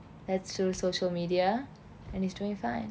that's through social media and he's doing fine